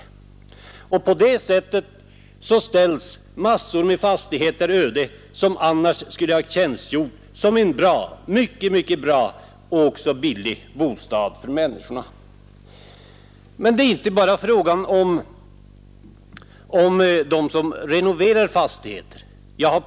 På det sättet läggs massor med fastigheter öde som annars skulle ha kunnat tjänstgöra som bra och även billiga bostäder. Men det är inte bara fråga om dem som renoverar fastigheter.